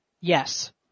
Yes